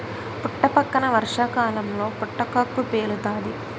పుట్టపక్కన వర్షాకాలంలో పుటకక్కు పేలుతాది